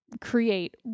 create